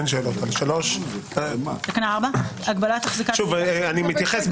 אין שאלות על 3. שוב אני מתייחס,